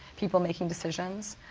people making decisions,